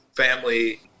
family